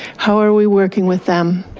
how are we working with them?